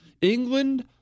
England